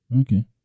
okay